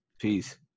Peace